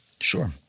Sure